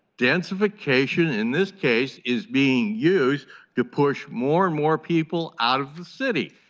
densification in this case, is being used to push more and more people out of the city,